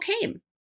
came